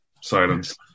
Silence